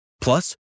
Plus